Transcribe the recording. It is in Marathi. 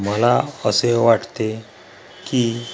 मला असे वाटते की